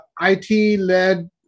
IT-led